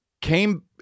came